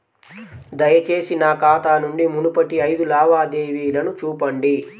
దయచేసి నా ఖాతా నుండి మునుపటి ఐదు లావాదేవీలను చూపండి